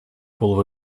full